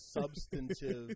substantive